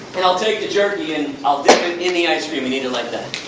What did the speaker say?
and i'll take the jerky and i'll dip it in the ice cream and eat it like that.